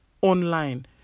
online